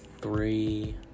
three